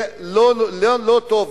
זה לא טוב.